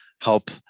help